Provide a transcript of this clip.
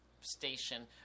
station